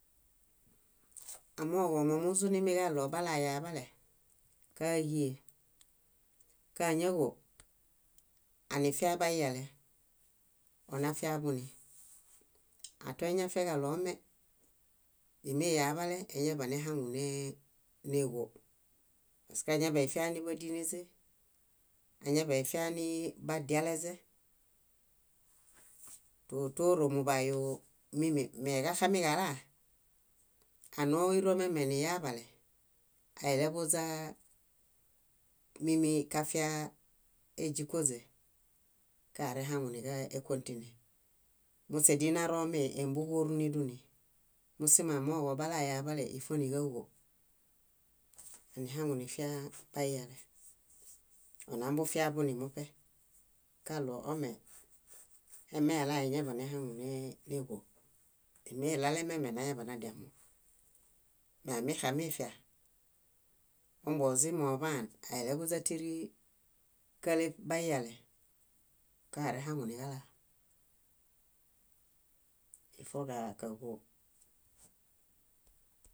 . Amooġo momuzunimiġaɭo balayaḃale, káġie. Káñaġo, anifiaḃaiyale onafiaḃuni. Atoiñafiaġaɭo ome źimiyaḃale, eñaḃanehaŋu nee- néġo paske añaḃaifia níḃadineźe, añaḃaifianii badialeźe, tótoro muḃayuu mími. Meġaxamiġalaa ánooiro miameniyaḃale aileḃuźaa mími kafia éźikoźe, karehaŋu níġakõtine, muśe dínaromi émbuġoru niduni. Mósimo amooġo balayaḃale ífoniġaġo, anihaŋunifia baiyale onambufia bunimuṗe kaɭo ome emelaa eñaḃanehaŋu néġo, źimiɭalememe nañaḃanadiamo. Meamixamifia, ombozimuoḃaan aileḃuźa tíri káleṗ baiyale. Karehaŋuniġalaa, ífoġaġo.